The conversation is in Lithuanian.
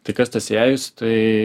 tai kas tas eijajus tai